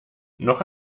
noch